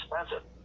expensive